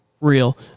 real